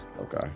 Okay